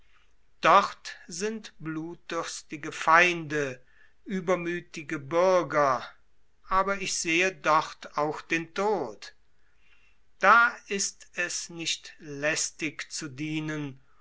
dort sind blutdürstige feinde übermüthige bürger aber ich sehe dort auch den tod da ist es nicht lästig zu dienen